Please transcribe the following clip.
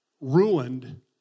ruined